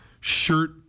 shirt